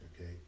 okay